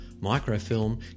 microfilm